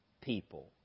people